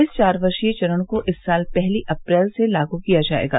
इस चार वर्षीय चरण को इस साल पहली अप्रैल से लागू किया जाएगा